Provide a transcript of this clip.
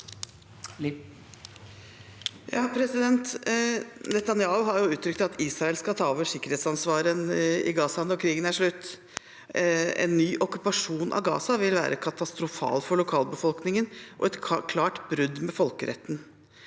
Netanyahu har uttrykt at Israel skal ta over sikkerhetsansvaret i Gaza når krigen er slutt. En ny okkupasjon av Gaza vil være katastrofal for lokalbefolkningen og et klart brudd med folkeretten,